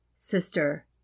Sister